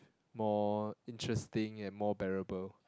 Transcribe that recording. more interesting and more bearable